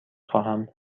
خواهم